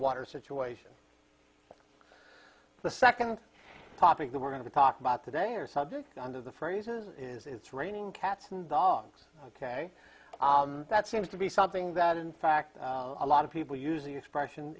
water situation the second topic that we're going to talk about today a subject under the phrases is it's raining cats and dogs ok that seems to be something that in fact a lot of people using the expression